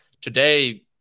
today